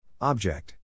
Object